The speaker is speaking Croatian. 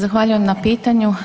Zahvaljujem na pitanju.